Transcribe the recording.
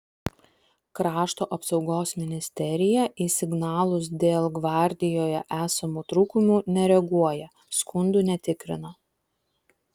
krašto apsaugos ministerija į signalus dėl gvardijoje esamų trūkumų nereaguoja skundų netikrina